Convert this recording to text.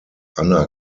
anna